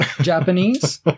Japanese